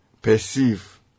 perceive